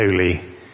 holy